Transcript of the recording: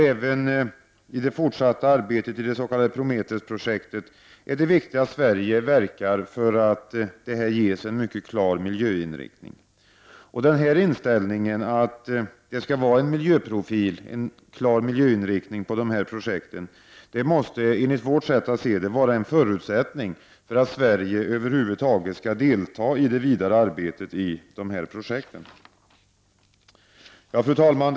Även inom det fortsatta arbetet i Prometheusprojektet är det viktigt att Sverige verkar för att det får en mycket klar miljöinriktning. Denna inställning att det skall vara en miljöprofil och klar miljöinriktning på projekten måste vara en förutsättning för att Sverige över huvud taget skall delta i det vidare arbetet i dessa projekt. Fru talman!